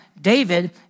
David